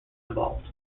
involved